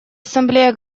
ассамблея